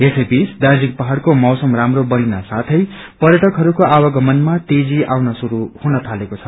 यसै बीच दार्जीलिङ पहाड़को मौसम राम्रो बनिन साथै पर्यटकहरूको आवागमनमा तेजी आउन शुरू हुन थालेको छ